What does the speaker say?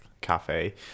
cafe